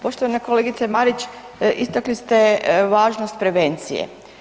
Poštovana kolegice Marić, istakli ste važnost prevencije.